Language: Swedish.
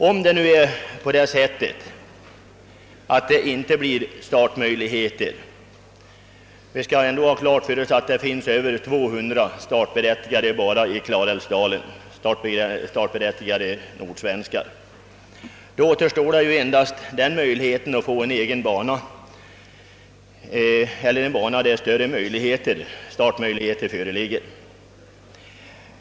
Om det nu inte blir några startmöjligheter — vi skall ha klart för oss att det finns över 200 startberättigade nordsvenska hästar bara i Klarälvsdalen återstår den enda utvägen att åstadkomma en egen bana för dessa hästar eller en bana där större startmöjligheter för dem föreligger.